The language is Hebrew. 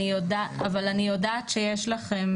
אבל אני יודעת שיש לכם,